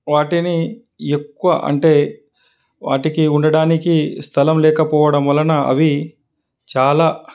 వాటిని ఎక్కువ అంటే వాటికి ఉండడానికి స్థలం లేకపోవడం వలన అవి చాలా